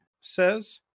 says